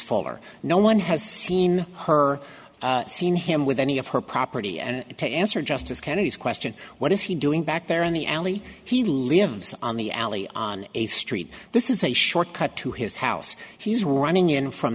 faller no one has seen her seen him with any of her property and to answer justice kennedy's question what is he doing back there in the alley he lives on the alley on a street this is a short cut to his house he's